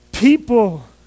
people